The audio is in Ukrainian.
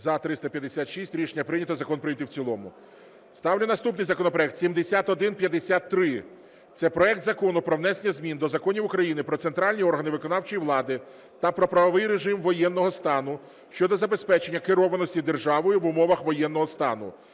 За – 356 Рішення прийнято. Закон прийнятий в цілому. Ставлю наступний законопроект 7153 – це проект Закону про внесення змін до законів України "Про центральні органи виконавчої влади" та "Про правовий режим воєнного стану" щодо забезпечення керованості державою в умовах воєнного стану.